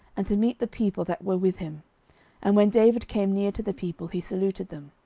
and to meet the people that were with him and when david came near to the people, he saluted them.